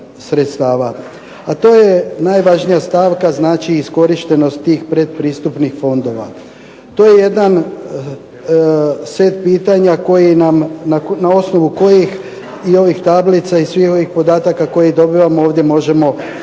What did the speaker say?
a to je najvažnija stavka znači iskorištenost tih predpristupnih fondova. To je jedan set pitanja koji nam, na osnovu kojih i ovih tablica i svih ovih podataka koje dobivamo ovdje možemo relevantno